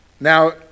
Now